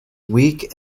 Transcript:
week